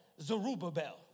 Zerubbabel